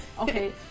Okay